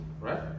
right